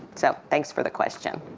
so thanks for the question.